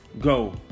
go